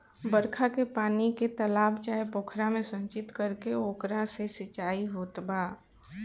बरखा के पानी के तालाब चाहे पोखरा में संचित करके ओकरा से सिंचाई होत बा